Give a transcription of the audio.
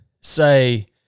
say